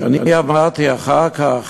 כשאני עברתי אחר כך,